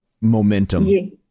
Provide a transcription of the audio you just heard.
momentum